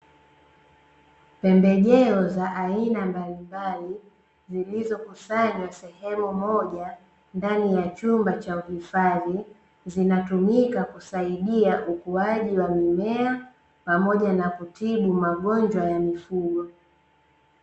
Pembejeo za aina mbalimbali zilizokusanywa sehemu moja ndani ya chumba cha uhifadhi, zinatumika kusaidia ukuaji wa mimea pamoja na kutibu magonjwa ya mifugo.